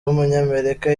w’umunyamerika